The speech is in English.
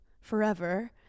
forever